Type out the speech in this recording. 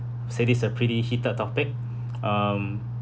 so this is a pretty heated topic um